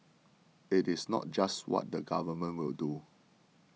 it is not just what the Government will do